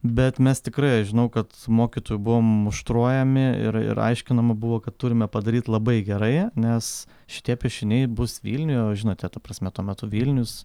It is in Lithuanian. bet mes tikrai aš žinau kad mokytojų buvom muštruojami ir ir aiškinama buvo kad turime padaryt labai gerai nes šitie piešiniai bus vilniuj o žinote ta prasme tuo metu vilnius